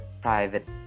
private